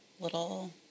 little